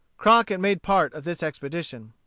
crockett made part of this expedition.